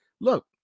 look